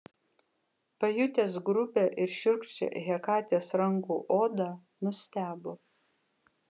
pajutęs grubią ir šiurkščią hekatės rankų odą nustebo